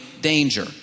danger